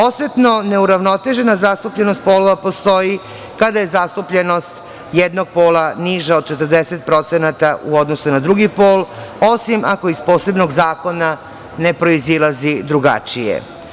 Osetno neuravnotežena zastupljenost polova postoji kada je zastupljenost jednog pola niža od 40% u odnosu na drugi pol, osim ako iz posebnog zakona ne proizilazi drugačije.